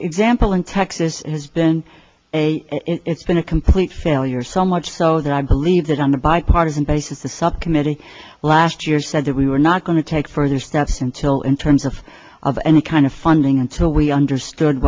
example in texas has been a it's been a complete failure so much so that i believe that on a bipartisan basis the subcommittee last year said that we were not going to take further steps until in terms of of any kind of funding until we understood